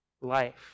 life